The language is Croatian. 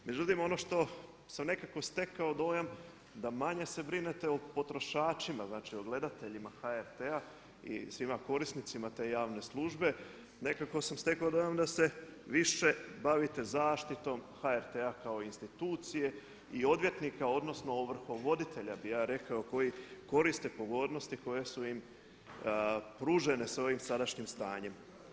Međutim, ono što sam nekako stekao dojam da manje se brinete o potrošačima, znači o gledateljima HRT-a i svima korisnicima te javne službe, nekako sam stekao dojam da se više bavite zaštitom HRT-a kao institucije i odvjetnika, odnosno ovrhovoditelja bi ja rekao koji koriste pogodnosti koje su im pružene s ovim sadašnjim stanjem.